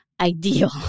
ideal